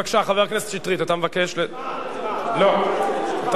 בבקשה, חבר הכנסת שטרית, אתה מבקש, הצבעה, הצבעה.